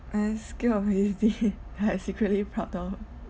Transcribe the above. a secret reality that I secretly proud of